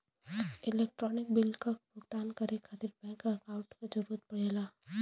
electronic bill क भुगतान करे खातिर बैंक अकांउट क जरूरत पड़ला